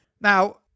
Now